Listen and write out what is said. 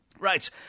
Right